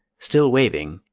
still waving,